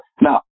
now